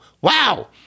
wow